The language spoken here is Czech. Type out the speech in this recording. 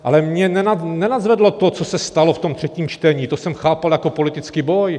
Ale mě nenadzvedlo to, co se stalo v třetím čtení, to jsem chápal jako politický boj.